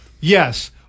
Yes